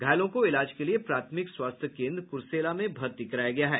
घायलों को इलाज के लिए प्राथमिक स्वास्थ्य केंद्र कर्सेला में भर्ती कराया गया है